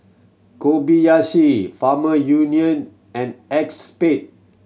Kobayashi Farmer Union and Acexspade